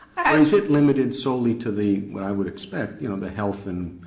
or is it limited solely to the, what i would expect, you know, the health and